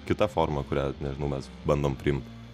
kita forma kurią nežinau mes bandom priimti